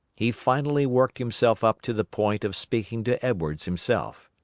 he finally worked himself up to the point of speaking to edwards himself.